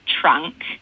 trunk